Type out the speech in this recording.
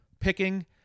picking